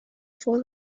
for